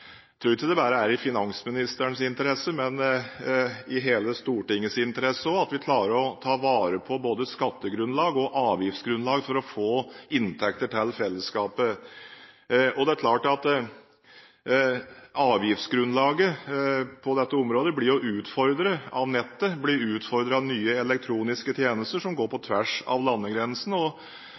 både skattegrunnlag og avgiftsgrunnlag for å få inntekter til fellesskapet. Det er klart at avgiftsgrunnlaget på dette området blir utfordret av nettet og nye elektroniske tjenester som går på tvers av landegrensene. Derfor er det ingen grunn til å undres over at dette også er et spørsmål som har høy interesse i EU. Og